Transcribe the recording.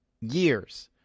years